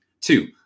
Two